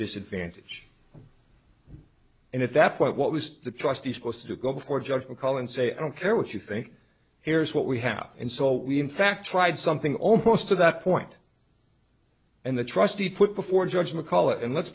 disadvantage and at that point what was the trustee supposed to do go before a judge or call and say i don't care what you think here's what we have and so we in fact tried something almost to that point and the trustee put before a judgment call